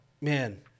man